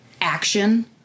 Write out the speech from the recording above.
action